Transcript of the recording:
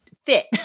Fit